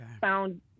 found